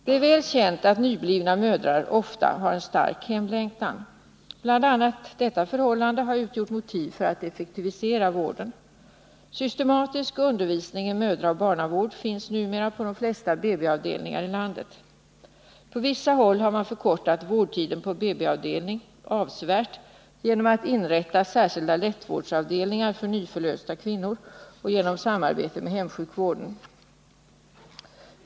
Det är väl känt att nyblivna mödrar ofta har en stark hemlängtan. Bl. a. detta förhållande har utgjort motiv för att effektivisera vården. Systematisk undervisning i mödraoch barnavård finns numera på de flesta BB avdelningar i landet. På vissa håll har man förkortat vårdtiden på BB-avdelning avsevärt genom att inrätta särskilda lättvårdsavdelningar för nyförlösta kvinnor och genom samarbete med hemsjukvården.